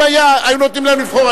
אם היו נותנים להם לבחור,